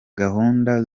gahunda